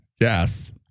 yes